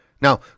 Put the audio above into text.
Now